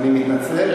אני מתנצל,